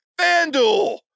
FanDuel